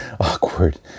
awkward